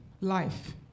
life